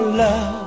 love